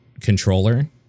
controller